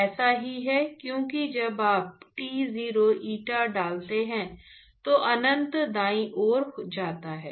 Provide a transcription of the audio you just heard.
ऐसा ही है क्योंकि जब आप T0 eta डालते हैं तो अनंत दाईं ओर जाता है